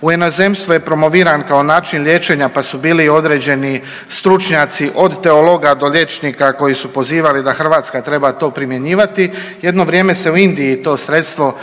u inozemstvu je promoviran kao način liječenja, pa su bili i određeni stručnjaci od teologa do liječnika koji su pozivali da Hrvatska treba to primjenjivati. Jedno vrijeme se u Indiji to sredstvo